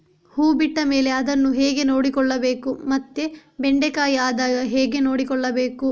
ಹೂ ಬಿಟ್ಟ ಮೇಲೆ ಅದನ್ನು ಹೇಗೆ ನೋಡಿಕೊಳ್ಳಬೇಕು ಮತ್ತೆ ಬೆಂಡೆ ಕಾಯಿ ಆದಾಗ ಹೇಗೆ ನೋಡಿಕೊಳ್ಳಬೇಕು?